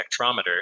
spectrometer